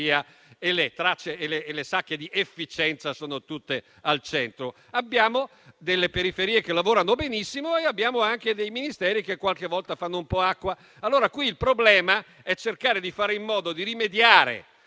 mentre le sacche di efficienza tutte al centro. Abbiamo periferie che lavorano benissimo, ma abbiamo anche Ministeri che qualche volta fanno un po' acqua. Il problema è cercare di fare in modo di rimediare